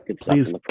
please